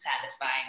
satisfying